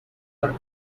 were